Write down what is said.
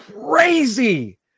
crazy